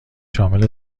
شامل